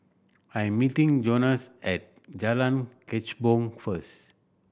I am meeting Jonas at Jalan Kechubong first